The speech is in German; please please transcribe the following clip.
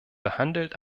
behandelt